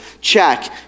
check